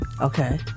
Okay